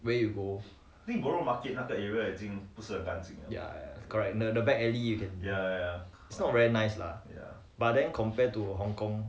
where you go ya ya correct the back alley you can it's not very nice lah but then compared to hong kong